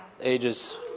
ages